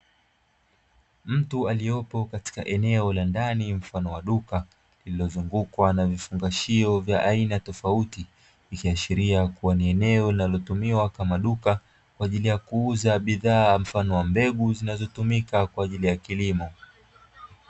Mtu aliyopo katika eneo la ndani mfano wa duka Linazungukwa na vifungashio vya aina tofauti, likiashiria kuwa ni eneo linalotumiwa kama duka kwa ajili ya kuuza bidhaa, mfano wa mbegu zinazotumika kwa ajili ya kilimo.